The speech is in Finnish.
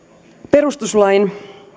perustuslain